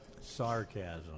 sarcasm